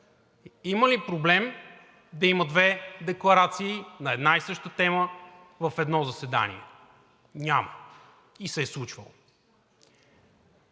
Има ли проблем да има две декларации на една и съща тема в едно заседание? Няма. И се е случвало.